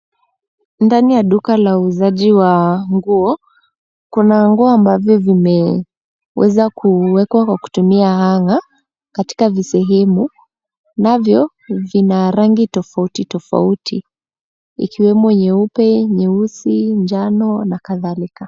Ndani ya duka la uuzaji wa nguo kuna nguo ambavyo vimeweza kuwekwa kwa kutumia hanger katika visehemu, navyo vina rangi tofauti tofauti ikiwemo nyeupe, nyeusi, njano na kadhalika.